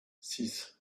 six